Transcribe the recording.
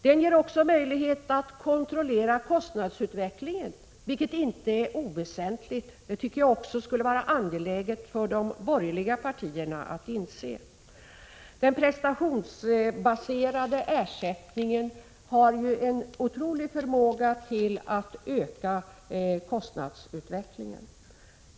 Den ger också möjlighet att kontrollera kostnadsutvecklingen, vilket inte är oväsentligt. Det borde vara angeläget för de borgerliga partierna att inse detta. Den prestationsbaserade ersättningen har ju en otrolig förmåga att öka kostnaderna.